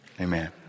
Amen